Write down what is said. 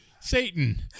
Satan